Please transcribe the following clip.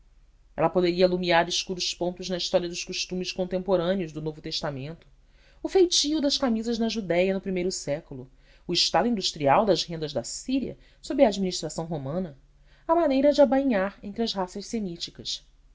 ela poderia alumiar escuros pontos na história dos costumes contemporâneos do novo testamento o feitio das camisas na judéia no primeiro século o estado industrial das rendas da síria sob a administração romana a maneira de abainhar entre as raças semíticas